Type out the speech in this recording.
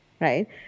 Right